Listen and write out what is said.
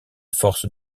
force